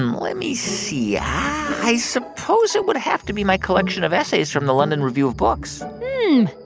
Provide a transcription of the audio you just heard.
um let me see. i i suppose it would have to be my collection of essays from the london review of books hmm,